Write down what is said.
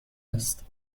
است